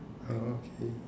okay